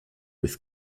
with